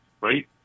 right